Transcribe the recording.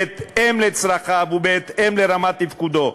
בהתאם לצרכיו ובהתאם לרמת תפקודו,